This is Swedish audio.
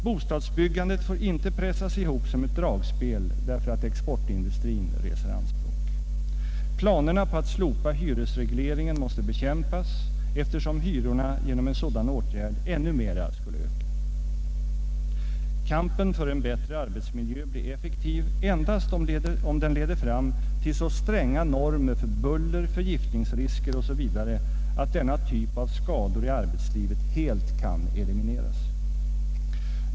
Bostadsbyggandet får inte pressas ihop som ett dragspel därför att exportindustrin reser anspråk. Planerna på att slopa hyresregleringen måste bekämpas, eftersom hyrorna genom en sådan åtgärd skulle öka ännu mera. Kampen för en bättre arbetsmiljö blir effektiv endast om den leder fram till så stränga normer för buller, förgiftningsrisker osv. att denna typ av skador i arbetslivet helt kan elimineras.